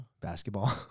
Basketball